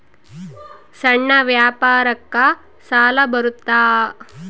ಸಣ್ಣ ವ್ಯಾಪಾರಕ್ಕ ಸಾಲ ಬರುತ್ತಾ?